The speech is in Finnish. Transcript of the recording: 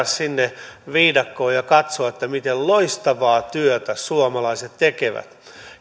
sinne viidakkoon ja katsoa miten loistavaa työtä suomalaiset tekevät